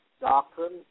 doctrine